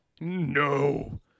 no